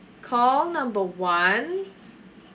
call number one